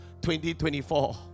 2024